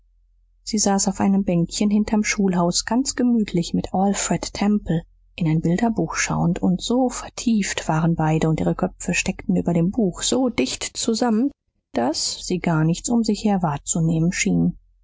sie saß auf einem bänkchen hinterm schulhaus ganz gemütlich mit alfred temple in ein bilderbuch schauend und so vertieft waren beide und ihre köpfe steckten über dem buch so dicht zusammen daß sie gar nichts um sich her wahrzunehmen schienen